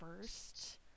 first